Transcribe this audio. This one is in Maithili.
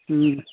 हुँ